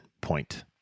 point